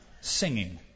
singing